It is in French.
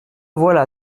voilà